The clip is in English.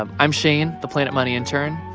um i'm shane, the planet money intern.